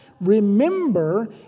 Remember